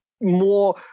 more